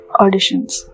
auditions